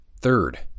Third